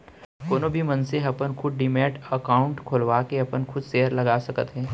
कोनो भी मनसे ह अपन खुद डीमैट अकाउंड खोलवाके अपन खुद सेयर लगा सकत हे